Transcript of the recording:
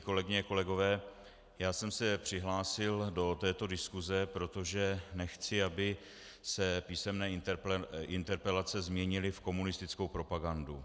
Kolegyně a kolegové, já jsem se přihlásil do této diskuse, protože nechci, aby se písemné interpelace změnily v komunistickou propagandu.